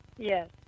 Yes